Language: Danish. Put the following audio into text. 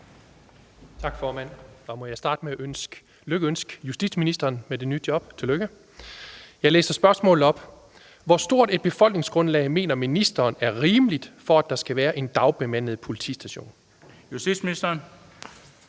Tak, formand. Må jeg starte med at lykønske justitsministeren med det nye job. Tillykke. Jeg læser spørgsmålet op: Hvor stort et befolkningsgrundlag mener ministeren er rimeligt, for at der skal være en dagbemandet politistation? Kl. 13:02 Den